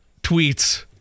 tweets